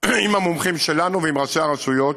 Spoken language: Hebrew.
עם המומחים שלנו ועם ראשי הרשויות,